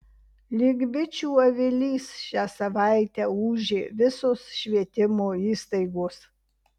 lyg bičių avilys šią savaitę ūžė visos švietimo įstaigos